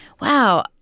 wow